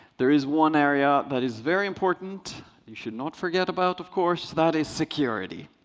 there is one area that is very important you should not forget about, of course that is security.